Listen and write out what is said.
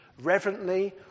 Reverently